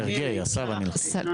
סרגיי הסבא נלחם.